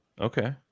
okay